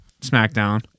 Smackdown